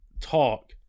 talk